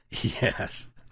yes